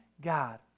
God